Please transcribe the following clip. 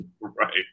Right